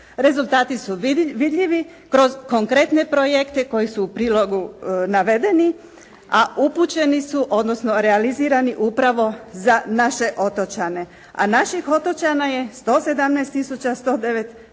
Rezultati su vidljivi kroz konkretne projekte koji su u prilogu navedeni, a upućeni su odnosno realizirani upravo za naše otočane. A naših otočana je 117